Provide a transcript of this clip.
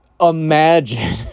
imagine